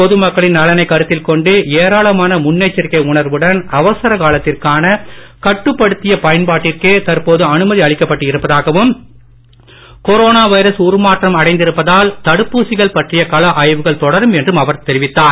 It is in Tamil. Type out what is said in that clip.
பொது மக்களின் நலனை கருத்தில் கொண்டு ஏராளமான முன்னெச்சிரிக்கை உணர்வுடன் அவசர காலத்திற்கான கட்டுப்படுத்திய பயன்பாட்டிற்கே தற்போது அனுமதி அளிக்கப்பட்டு இருப்பதாகவும் கொரோனா வைரஸ் உருமாற்றம் அடைந்திருப்பதால் தடுப்பூசிகள் பற்றிய கள ஆய்வுகள் தொடரும் என்றும் அவர் தெரிவித்தார்